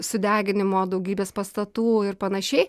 sudeginimo daugybės pastatų ir panašiai